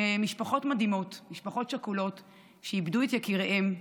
משפחות מדהימות, משפחות שכולות שאיבדו את יקיריהן.